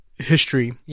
history